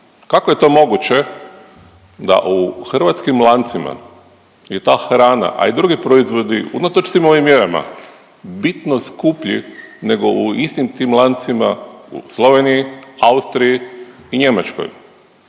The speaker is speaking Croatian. Kako je to moguće da u hrvatskim lancima je ta hrana, a i drugi proizvodi unatoč svim ovim mjerama, bitno skuplji nego u istim tim lancima u Sloveniji, Austriji i Njemačkoj,